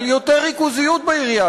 על יותר ריכוזיות בעירייה,